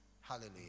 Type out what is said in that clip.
Hallelujah